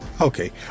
Okay